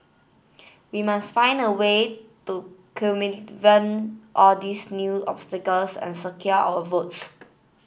we must find a way to all these new obstacles and secure our votes